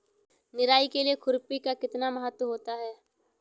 निराई के लिए खुरपी का कितना महत्व होता है?